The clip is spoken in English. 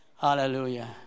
Hallelujah